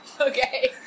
Okay